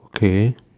okay